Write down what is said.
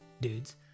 dudes